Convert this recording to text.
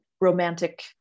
romantic